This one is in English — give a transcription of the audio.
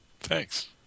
Thanks